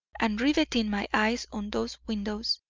and rivetting my eyes on those windows,